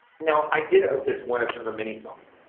now i did, ah is one of her many songs,